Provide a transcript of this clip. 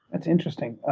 that's interesting.